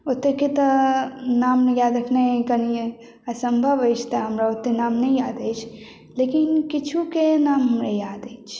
ओतेक तऽ नाम याद रखनाइ कनी असम्भव अछि तऽ हमरा ओतेक नाम नहि याद अछि लेकिन किछुके नाम हमरा याद अछि